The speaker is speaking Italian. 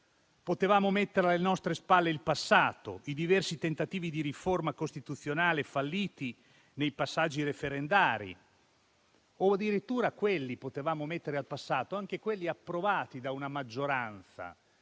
Potevamo mettere alle nostre spalle il passato, i diversi tentativi di riforma costituzionale falliti nei passaggi referendari, o addirittura potevamo mettere al passato anche quelli approvati da una maggioranza